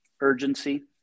urgency